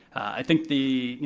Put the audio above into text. i think the, you